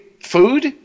food